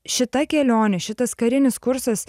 šita kelionė šitas karinis kursas